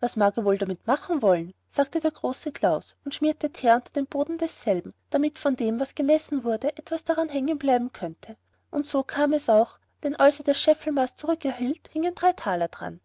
was mag er wohl damit machen wollen dachte der große klaus und schmierte theer unter den boden desselben damit von dem was gemessen wurde etwas daran hängen bleiben könnte und so kam es auch denn als er das scheffelmaß zurückerhielt hingen drei thaler daran